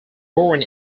born